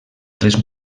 tres